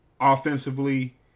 offensively